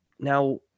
Now